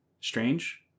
strange